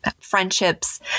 friendships